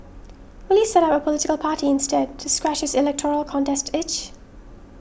will he set up a political party instead to scratch his electoral contest itch